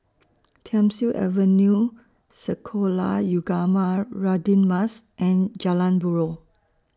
Thiam Siew Avenue Sekolah Ugama Radin Mas and Jalan Buroh